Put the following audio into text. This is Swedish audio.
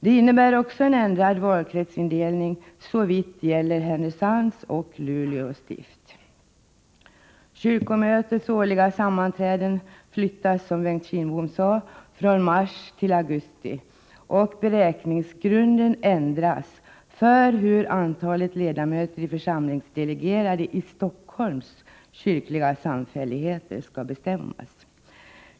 Det innebär också en ändrad valkretsindelning såvitt gäller Härnösands och Luleå stift. Kyrkomötets årliga sammanträden flyttas, som Bengt Kindbom sade, från mars till augusti, och beräkningsgrunden för hur antalet ledamöter i församlingsdelegerade i Stockholms kyrkliga samfälligheter skall bestämmas ändras.